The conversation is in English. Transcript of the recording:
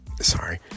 Sorry